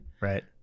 Right